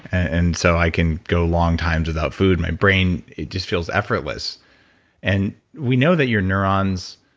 and so i can go long times without food. my brain, it just feels effortless and we know that your neurons.